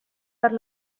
per